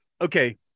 okay